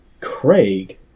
Craig